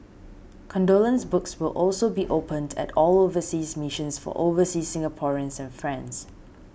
condolence books will also be opened at all overseas missions for overseas Singaporeans and friends